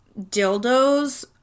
dildos